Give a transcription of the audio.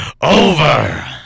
over